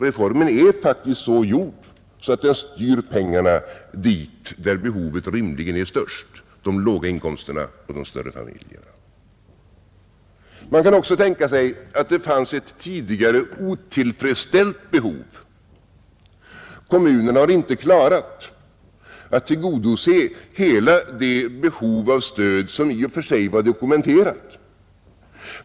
Reformen är faktiskt så gjord att den styr pengarna dit där behovet rimligen är störst — till de låga inkomsterna och de större familjerna, Man kan också tänka sig att det fanns ett tidigare otillfredsställt behov: kommunerna har inte klarat att tillgodose hela det behov av stöd som i och för sig var dokumenterat.